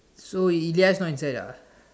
so Elias not inside ah